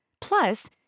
Plus